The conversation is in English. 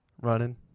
running